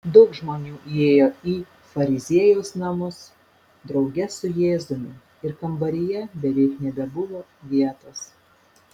daug žmonių įėjo į fariziejaus namus drauge su jėzumi ir kambaryje beveik nebebuvo vietos